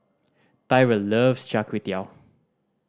Tyrell loves Char Kway Teow